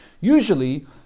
Usually